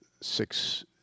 six